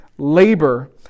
Labor